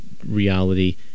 reality